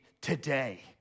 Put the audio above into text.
today